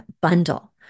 bundle